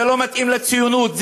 זה לא מתאים לציונות,